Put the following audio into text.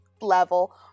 level